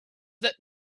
that